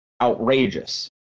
outrageous